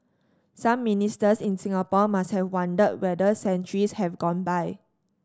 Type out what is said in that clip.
some Ministers in Singapore must have wondered whether centuries have gone by